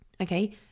okay